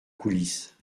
coulisse